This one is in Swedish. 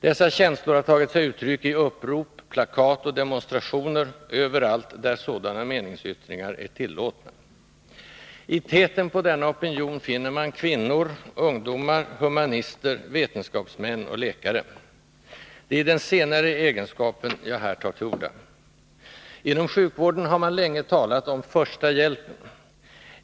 Dessa känslor har tagit sig uttryck i upprop, plakat och demonstrationer överallt där sådana meningsyttringar är tillåtna. I täten på denna opinion finner man kvinnor, ungdomar, humanister, vetenskapsmän och läkare. Det är i den senare egenskapen jag här tar till orda. Inom sjukvården har man länge talat om ”första hjälpen”.